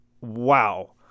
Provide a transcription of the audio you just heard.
Wow